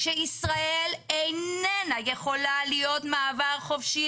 שישראל איננה יכולה להיות מעבר חופשי